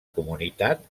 comunitat